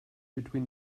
between